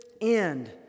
end